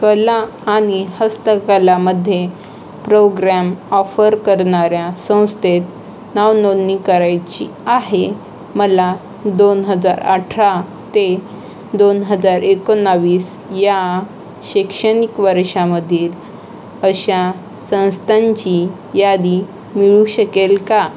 कला आणि हस्तकलामध्ये प्रोग्रॅम ऑफर करणाऱ्या संस्थेत नावनोंदणी करायची आहे मला दोन हजार अठरा ते दोन हजार एकोणवीस या शैक्षणिक वर्षामधील अशा संस्थांची यादी मिळू शकेल का